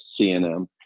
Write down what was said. CNM